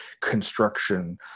construction